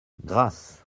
grasse